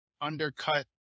undercut